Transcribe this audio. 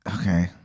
okay